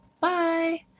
Bye